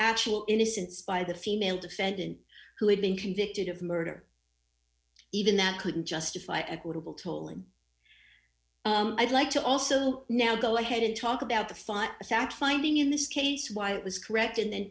actual innocence by the female defendant who had been convicted of murder even that couldn't justify equitable tolling i'd like to also now go ahead and talk about the thought the south finding in this case why it was correct and then